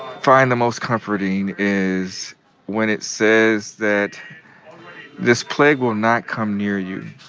find the most comforting is when it says that this plague will not come near you.